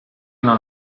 una